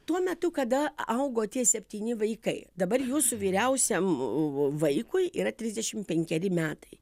tuo metu kada augo tie septyni vaikai dabar jūsų vyriausiam vaikui yra trisdešimt penkeri metai